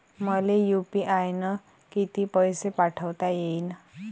मले यू.पी.आय न किती पैसा पाठवता येईन?